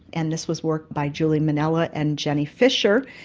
and this was work by julie mannella and jenny fisher,